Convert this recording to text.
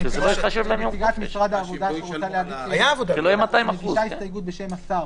נציגת משרד העבודה רוצה להגיש הסתייגות בשם השר.